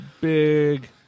Big